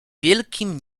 wielkim